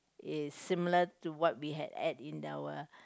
is similar to what we have ate in our